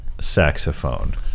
saxophone